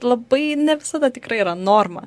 labai ne visada tikrai yra norma